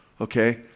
okay